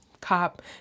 cop